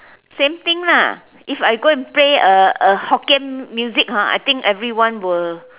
same thing lah if I go and play a a hokkien music ha I think everyone will